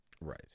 Right